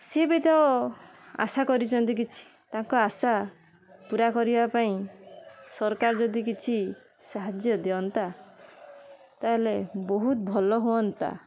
ସିଏ ବି ତ ଆଶା କରିଛନ୍ତି କିଛି ତାଙ୍କ ଆଶା ପୁରା କରିବା ପାଇଁ ସରକାର ଯଦି କିଛି ସାହାଯ୍ୟ ଦିଅନ୍ତା ତାହେଲେ ବହୁତ ଭଲ ହୁଅନ୍ତା